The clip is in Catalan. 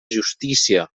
justícia